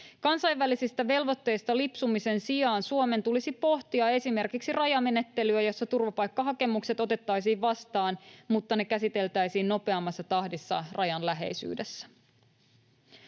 Kansainvälisistä velvoitteista lipsumisen sijaan Suomen tulisi pohtia esimerkiksi rajamenettelyä, jossa turvapaikkahakemukset otettaisiin vastaan, mutta ne käsiteltäisiin nopeammassa tahdissa rajan läheisyydessä.